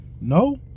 No